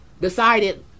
decided